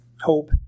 hope